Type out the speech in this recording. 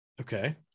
Okay